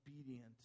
obedient